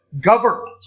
government